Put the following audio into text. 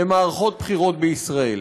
למערכות בחירות בישראל.